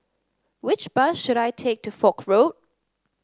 which bus should I take to Foch Road